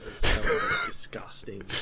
Disgusting